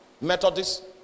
methodist